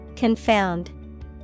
Confound